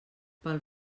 pel